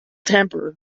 temper